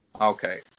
okay